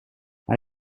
hij